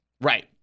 Right